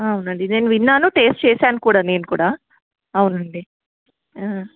అవునండి నేను విన్నాను టెస్ట్ చేశాను కూడా నేను కూడా అవునండి